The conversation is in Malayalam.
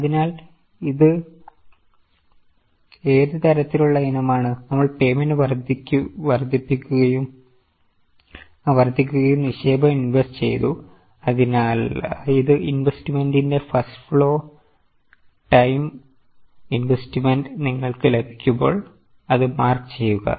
അതിനാൽ അത് ഏത് തരത്തിലുള്ള ഇനമാണ് നമ്മൾ പേയ്മെന്റ് വർദ്ധിക്കുകയും നിക്ഷേപം ഇൻവെസ്റ്റ്മെന്റ് ചെയ്തു അതിനാൽ ഇത് ഇൻവെസ്റ്റ്മെൻറ്റിന്റെഫ്ലോ ഫസ്റ്റ് ടൈം ഇൻവെസ്റ്റ്മെന്റ് നിങ്ങൾക്ക് ലഭിക്കുമ്പോൾ അത് മാർക്ക് ചെയ്യുക